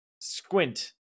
squint